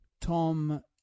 Tom